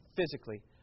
physically